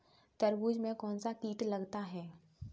तरबूज में कौनसा कीट लगता है?